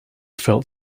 felt